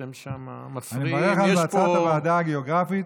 אתם מפריעים.